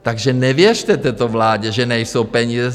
Takže nevěřte této vládě, že nejsou peníze.